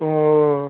ও